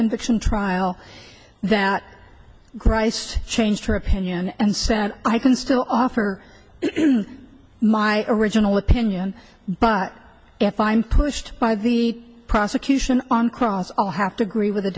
conviction trial that christ changed her opinion and said i can still offer my original opinion but if i'm pushed by the prosecution on cross i'll have to agree with the